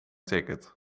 ticket